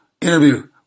interview